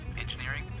Engineering